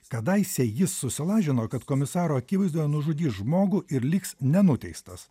kadaise jis susilažino kad komisaro akivaizdoje nužudys žmogų ir liks nenuteistas